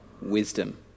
wisdom